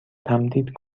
تمدید